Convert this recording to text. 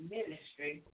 Ministry